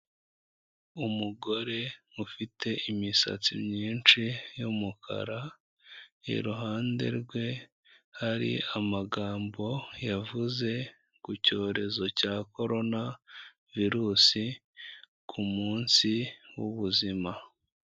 Umugore ufite imisatsi myinshi y'umukara, iruhande rwe hari amagambo yavuze ku cyorezo cya korona virusi ku munsi w'ubuzima.